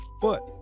foot